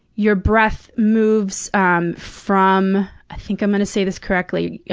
your breath moves um from i think i'm gonna say this correctly yeah